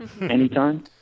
anytime